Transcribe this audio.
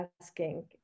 asking